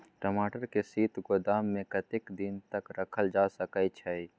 टमाटर के शीत गोदाम में कतेक दिन तक रखल जा सकय छैय?